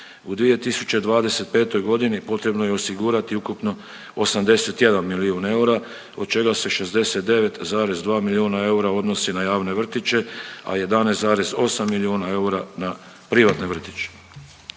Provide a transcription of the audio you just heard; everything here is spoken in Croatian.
U 2025. godini potrebno je osigurati ukupno 81 milijun eura od čega se 69,2 milijuna eura odnosi na javne vrtiće, a 11,8 milijuna eura na privatne vrtiće.